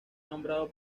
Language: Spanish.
nombrado